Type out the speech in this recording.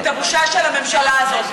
והוא לא יסתיר את הבושה של הממשלה הזאת.